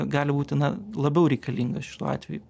gali būti na labiau reikalingas šituo atveju